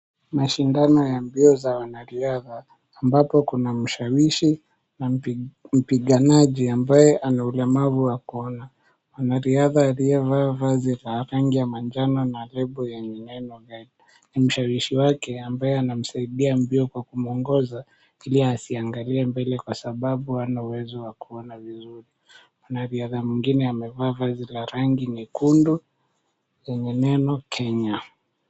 Mashindano ya mbio za wanariadha ambapo kuna mshawishi na mpiganaji ambaye ana ulemavu wa kuona. Mwanariadha aliyevaa vazi la rangi ya manjano na lebo yenye neno guide . Ni mshawishi wake ambaye anamsaidia mbio kwa kumuongoza ili asiangalie mbele kwa sababu hana uwezo wa kuona vizuri. Mwanariadha mwingine amevaa vazi la rangi nyekundu yenye neno Kenya.